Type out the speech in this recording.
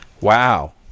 Wow